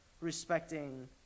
respecting